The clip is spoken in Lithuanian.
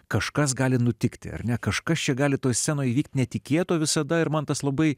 kažkas gali nutikti ar ne kažkas čia gali to scenoje įvykti netikėto visada ir mantas labai